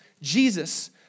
Jesus